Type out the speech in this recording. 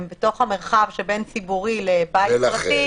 הם בתוך המרחב שבין ציבורי לבית פרטי,